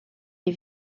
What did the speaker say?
les